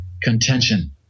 contention